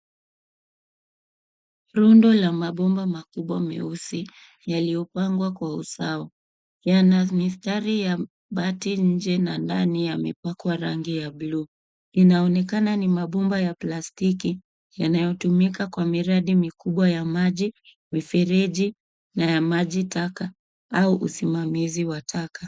Rundo la mabomba makubwa meusi yaliyopangwa kwa usawa. Yana mistari ya bati nje na ndani yamepakwa rangi ya bluu. Inaonekana ni mabomba ya plastiki yanayotumika kwa miradi mikubwa ya maji, mifereji na ya maji taka au usimamizi wa taka.